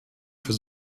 für